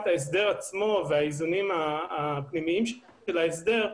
ההסדר עצמו והאיזונים הפנימיים של ההסדר,